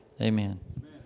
amen